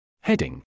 Heading